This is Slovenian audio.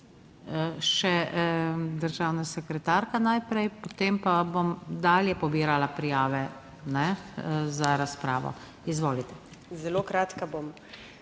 Še državna sekretarka najprej, potem pa bom dalje pobirala prijave za razpravo. Izvolite. **MAG.